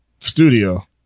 studio